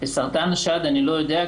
לסרטן השד אני לא יודע,